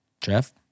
Jeff